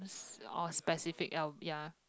or specific al~ ya